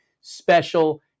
special